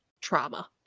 trauma